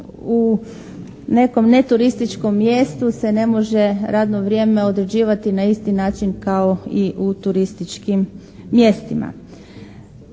u nekom ne turističkom mjestu se ne može radno vrijeme određivati na isti način kao i u turističkim mjestima.